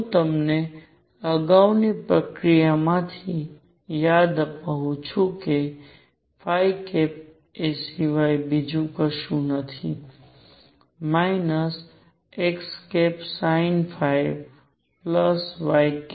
હું તમને અગાઉની પ્રક્રિયામાંથી યાદ અપાવું છું કે એ સિવાય બીજું કશું નથી પણ xsinϕycos છે